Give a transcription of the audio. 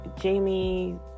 Jamie